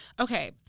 Okay